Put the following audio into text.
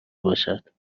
باشد